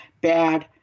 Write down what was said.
bad